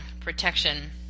protection